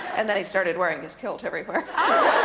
and then he started wearing his kilt everywhere.